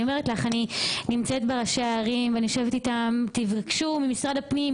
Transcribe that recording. אני אומרת לך אני נמצאת עם ראשי ערים ואומרת להם תבקשו ממשרד הפנים.